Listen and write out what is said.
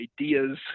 ideas